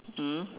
mm